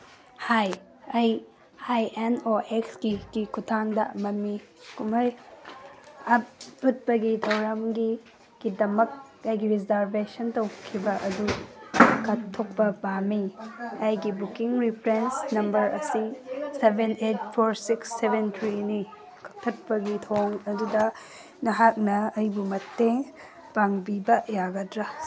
ꯍꯥꯏ ꯑꯩ I N O ꯑꯦꯛꯁꯒꯤ ꯀꯤ ꯈꯨꯠꯊꯥꯡꯗ ꯃꯃꯤ ꯀꯨꯝꯍꯩ ꯎꯠꯄꯒꯤ ꯊꯧꯔꯝꯒꯤꯗꯃꯛ ꯑꯩꯒꯤ ꯔꯤꯖꯔꯕꯦꯁꯟ ꯇꯧꯈꯤꯕ ꯑꯗꯨ ꯀꯛꯊꯠꯄ ꯄꯥꯝꯃꯤ ꯑꯩꯒꯤ ꯕꯨꯀꯤꯡ ꯔꯤꯐ꯭ꯔꯦꯟꯁ ꯅꯝꯕꯔ ꯑꯁꯤ seven eight four six seven ꯊ꯭ꯔꯤꯅꯤ ꯀꯛꯊꯠꯄꯒꯤ ꯊꯧꯑꯣꯡ ꯑꯗꯨꯗ ꯅꯍꯥꯛꯅ ꯑꯩꯕꯨ ꯃꯇꯦꯡ ꯄꯥꯡꯕꯤꯕ ꯌꯥꯒꯗ꯭ꯔꯥ